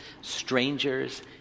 strangers